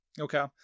Okay